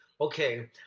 okay